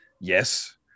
yes